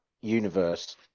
universe